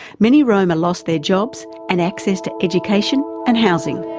many roma lost their jobs and access to education and housing.